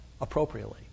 appropriately